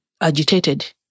agitated